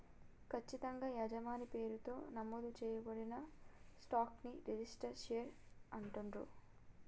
ఖచ్చితంగా యజమాని పేరుతో నమోదు చేయబడిన స్టాక్ ని రిజిస్టర్డ్ షేర్ అంటుండ్రు